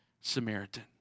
Samaritan